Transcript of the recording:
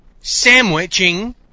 sandwiching